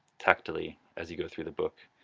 tacticly as you go through the book,